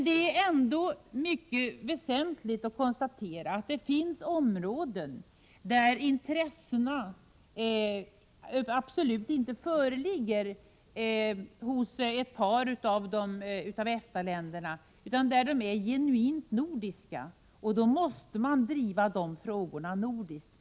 Det är ändå högst väsentligt att konstatera att det finns områden som ett par av EFTA-länderna absolut inte har något intresse av utan som är genuint nordiska, och sådana frågor måste utan tvivel drivas nordiskt.